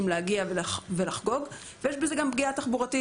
להגיע ולחגוג ויש בזה גם פגיעה תחבורתית,